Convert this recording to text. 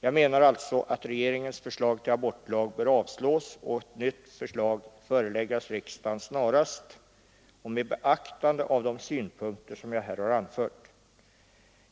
Jag menar alltså att regeringens förslag till abortlag bör avslås och ett nytt förslag föreläggas riksdagen snarast med beaktande av de synpunkter som jag här har anfört.